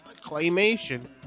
Claymation